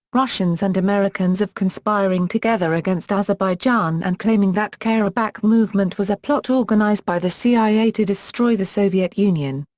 russians and americans of conspiring together against azerbaijan and claiming that karabakh movement was a plot organized by the cia to destroy the soviet union.